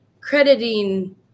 crediting